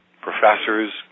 professors